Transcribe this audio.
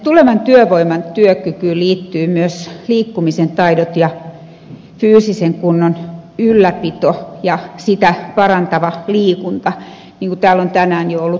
tulevan työvoiman työkykyyn liittyvät myös liikkumisen taidot ja fyysisen kunnon ylläpito ja sitä parantava liikunta niin kuin täällä on jo tänään ollut puhettakin